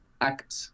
act